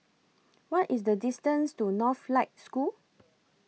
What IS The distance to Northlight School